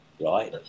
right